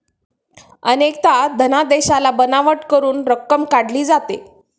अनेकदा धनादेशाला बनावट करून रक्कम काढली जाते